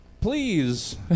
please